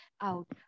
out